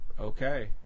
okay